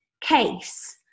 case